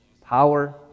power